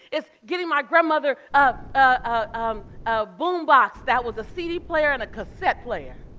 it's getting my grandmother um ah um a boom box that was a cd player and a cassette player.